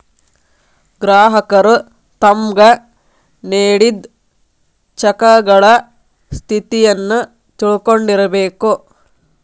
ಗ್ರಾಹಕರು ತಮ್ಗ್ ನೇಡಿದ್ ಚೆಕಗಳ ಸ್ಥಿತಿಯನ್ನು ತಿಳಕೊಂಡಿರ್ಬೇಕು